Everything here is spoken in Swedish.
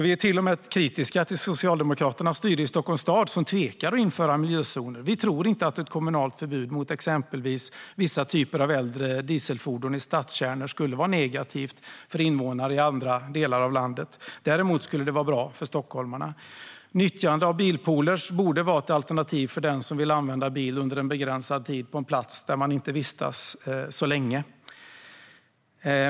Vi är till och med kritiska till det socialdemokratiska styret i Stockholms stad, som tvekar att införa miljözoner. Vi tror inte att ett kommunalt förbud mot exempelvis vissa typer av äldre dieselfordon i stadskärnor skulle vara negativt för invånare i andra delar av landet. Däremot skulle det vara bra för stockholmarna. Nyttjande av bilpooler borde vara ett alternativ för den som vill använda bil under begränsad tid på en plats där man inte vistas så länge.